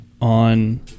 on